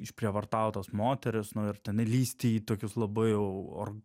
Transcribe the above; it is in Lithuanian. išprievartautos moterys nu ir ten lįsti į tokius labai jau